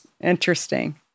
Interesting